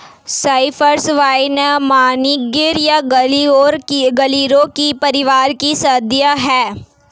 Cyprus vine morning glory परिवार की सदस्य हैं